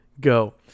go